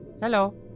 Hello